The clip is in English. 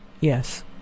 Yes